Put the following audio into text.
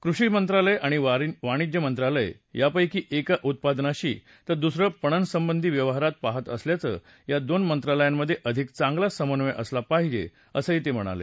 कृषी मंत्रालय आणि वाणिज्य मंत्रालय यापैकी एक उत्पादनाशी तर दुसरं पणनसंबंधी व्यवहार पाहात असल्यानं या दोन मंत्रालयांमधे अधिक चांगला समन्वय असला पाहिजे असं ते म्हणाले